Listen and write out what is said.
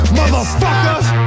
motherfuckers